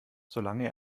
solange